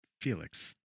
Felix